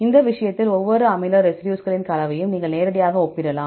இந்த விஷயத்தில் ஒவ்வொரு அமினோ அமில ரெசிடியூஸ்களின் கலவையையும் நீங்கள் நேரடியாக ஒப்பிடலாம்